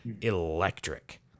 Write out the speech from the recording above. electric